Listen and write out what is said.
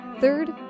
Third